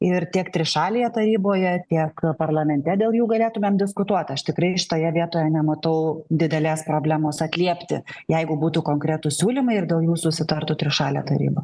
ir tiek trišalėje taryboje tiek parlamente dėl jų galėtumėm diskutuot aš tikrai šitoje vietoje nematau didelės problemos atliepti jeigu būtų konkretūs siūlymai ir dėl jų susitartų trišalė taryba